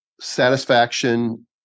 Satisfaction